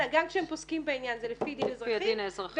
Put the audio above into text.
אלא גם כשהם פוסקים בעניין זה לפי הדין האזרחי.